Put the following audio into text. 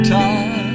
time